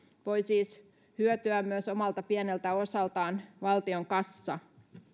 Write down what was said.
voi siis hyötyä omalta pieneltä osaltaan myös valtion kassa